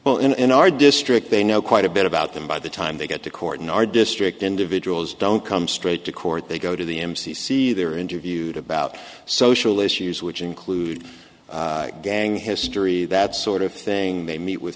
well in our district they know quite a bit about them by the time they get to court in our district individuals don't come straight to court they go to the m c c they're interviewed about social issues which include gang history that sort of thing they meet with